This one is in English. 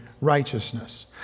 righteousness